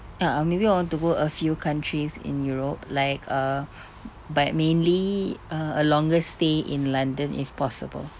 a'ah maybe I want to go a few countries in europe like uh but mainly uh a longer stay in london if possible